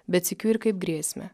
bet sykiu ir kaip grėsmę